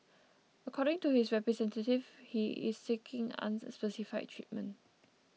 according to his representatives he is seeking unspecified treatment